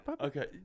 okay